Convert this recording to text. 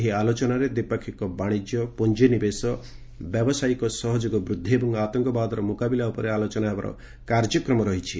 ଏହି ଆଲୋଚନାରେ ଦ୍ୱିପାକ୍ଷିକ ବାଣିଜ୍ୟ ପୁଞ୍ଜିନିବେଶ ବ୍ୟବସାୟିକ ସହଯୋଗ ବୃଦ୍ଧି ଏବଂ ଆତଙ୍କବାଦର ମୁକାବିଲା ଉପରେ ଆଲୋଚନା ହେବାର କାର୍ଯ୍ୟକ୍ରମ ରହିଛି